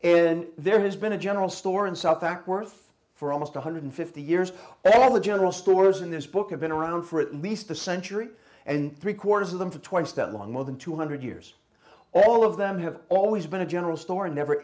and there has been a general store in south acworth for almost one hundred and fifty years all the general stores in this book have been around for at least a century and three quarters of them to twice that long more than two hundred years all of them have always been a general store and never